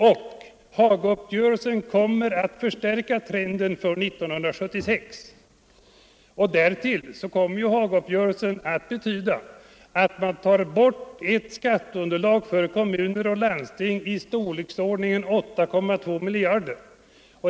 Denna trend kommer att förstärkas under 1976. Dessutom kommer Hagauppgörelsen att medföra att man tar bort ett skatteunderlag för kommuner och landsting av storleksordningen 1,8 miljarder 1976 och 8,2 miljarder år 1977.